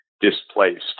displaced